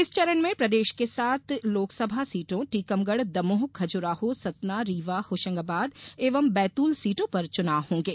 इस चरण में प्रदेश के सात लोकसभा सीटों टीकमगढ़ दमोह खजुराहो सतना रीवा होशंगाबाद एवं बैतूल सीटों पर चुनाव होंगे